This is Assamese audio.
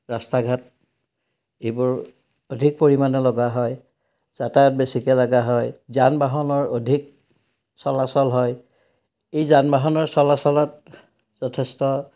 ৰাস্তা ঘাট এইবোৰ অধিক পৰিমাণে লগা হয় যাতায়ত বেছিকৈ লগা হয় যান বাহনৰ অধিক চলাচল হয় এই যান বাহনৰ চলাচলত যথেষ্ট